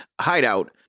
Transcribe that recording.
hideout